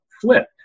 flipped